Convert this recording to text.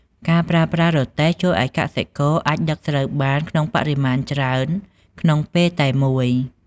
ការប្រើប្រាស់រទេះជួយឱ្យកសិករអាចដឹកស្រូវបានក្នុងបរិមាណច្រើនក្នុងពេលតែមួយ។